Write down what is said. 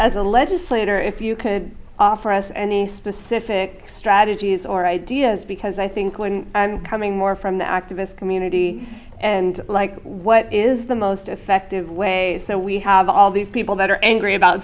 a legislator if you could offer us any specific strategies or ideas because i think when coming more from the activist community and like what is the most effective way so we have all these people that are angry about